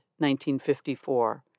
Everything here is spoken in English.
1954